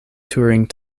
touring